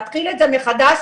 להתחיל את זה מחדש,